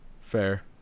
Fair